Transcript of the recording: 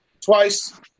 twice